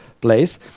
place